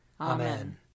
Amen